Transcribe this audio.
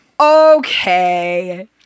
Okay